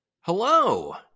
Hello